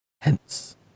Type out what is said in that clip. Hence